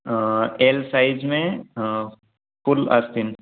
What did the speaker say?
L size में full आस्तीन